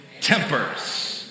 tempers